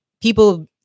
people